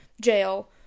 jail